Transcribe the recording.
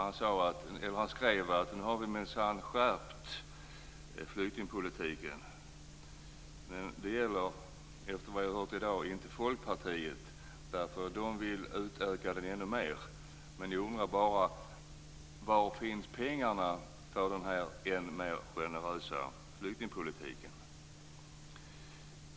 Han skrev att nu har vi minsann skärpt flyktingpolitiken. Men efter vad jag har hört i dag verkar det inte gälla Folkpartiet. De vill utöka den ännu mer. Jag undrar bara var pengarna till den här än mer generösa flyktingpolitiken finns.